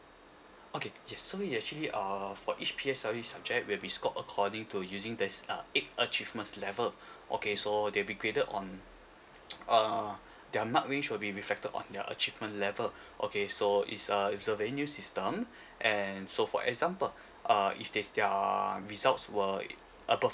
okay yes so we actually uh for each P_S_L_E subject will be scored according to using there's uh eight achievements level okay so they'll be graded on uh their mark range will be reflected on their achievement level okay so it's a it's a very new system and so for example uh if there's their results were above